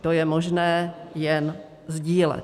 To je možné jen sdílet.